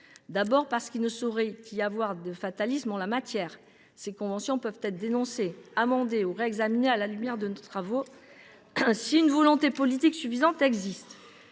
d’abord, il ne saurait y avoir de fatalisme en la matière : ces conventions peuvent être dénoncées, amendées ou réexaminées à la lumière de nos travaux si une volonté politique suffisante existe.